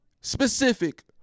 specific